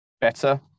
better